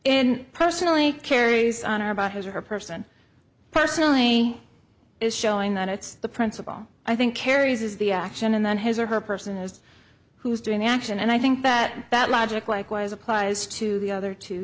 in personally carries on or about his or her person personally is showing that it's the principle i think carries is the action and then his or her person is who's doing the action and i think that that logic likewise applies to the other two